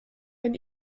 ein